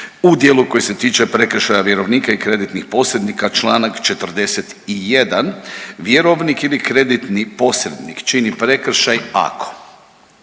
u dijelu koji se tiče prekršaja vjerovnika i kreditnih posrednika, čl. 41.. Vjerovnik ili kreditni posrednik čini prekršaj ako,